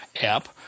app